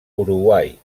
uruguai